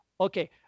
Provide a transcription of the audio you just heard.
okay